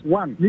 one